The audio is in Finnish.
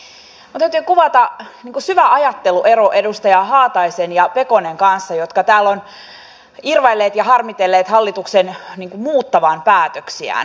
minun täytyy kuvata syvä ajatteluero edustajien haatainen ja pekonen kanssa jotka täällä ovat irvailleet ja harmitelleet hallituksen muuttavan päätöksiään